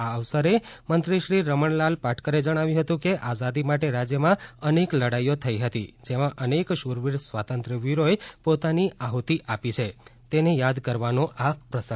આ અવસરે મંત્રીશ્રી રમણલાલ પાટકરે જણાવ્યું હતું કે આઝાદી માટે રાજ્ય માં અનેક લડાઇઓ થઇ હતી જેમાં અનેક શૂરવીર સ્વાુતંત્ર્યવીરોએ પોતાની આહ્તી આપી છે તેને યાદ કરવાનો આ પ્રસંગ છે